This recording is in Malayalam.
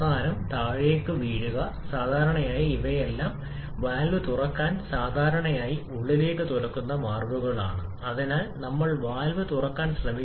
ആ പ്രത്യേക വായു ഇന്ധനം മിശ്രിതത്തെ മെലിഞ്ഞ മിശ്രിതം എന്നാണ് വിളിക്കുന്നത് മെലിഞ്ഞാൽ അതിൽ കൂടുതൽ വായു അടങ്ങിയിരിക്കുന്നു